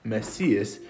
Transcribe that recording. Messias